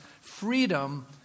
freedom